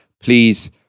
please